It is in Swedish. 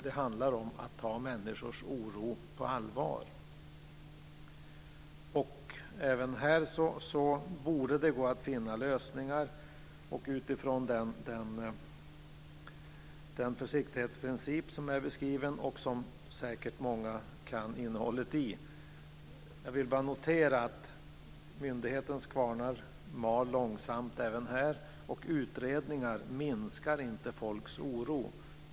Det handlar om att ta människors oro på allvar. Även här borde det gå att finna lösningar utifrån den försiktighetsprincip som är beskriven och som säkert många kan innehållet i. Jag vill bara notera att myndighetens kvarnar mal långsamt även här. Utredningar minskar inte folks oro.